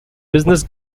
business